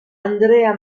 andrea